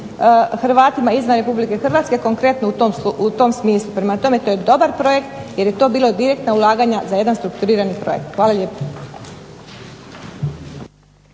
Hrvatima izvan Republike Hrvatske konkretno u tom smislu. Prema tome, to je dobar projekt jer je to bilo direktno ulaganje za jedan strukturirani projekt. Hvala lijepo.